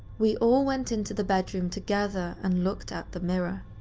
we all went into the bedroom together and looked at the mirror.